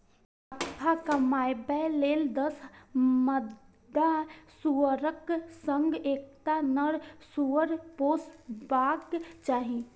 मुनाफा कमाबै लेल दस मादा सुअरक संग एकटा नर सुअर पोसबाक चाही